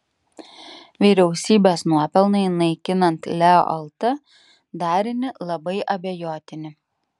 vyriausybės nuopelnai naikinant leo lt darinį labai abejotini